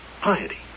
Piety